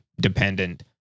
dependent